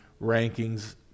rankings